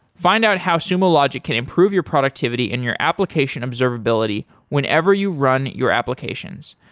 find out how sumo logic can improve your productivity and your application observability whenever you run your applications.